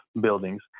buildings